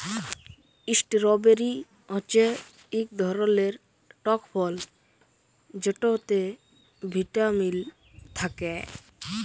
strawberry হচ্যে ইক ধরলের টক ফল যেটতে ভিটামিল থ্যাকে